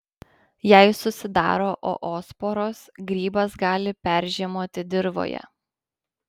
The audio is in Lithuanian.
jei susidaro oosporos grybas gali peržiemoti dirvoje